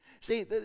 See